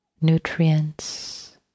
nutrients